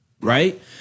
right